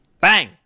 Bang